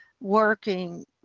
working